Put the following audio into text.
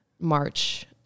March